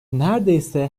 neredeyse